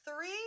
Three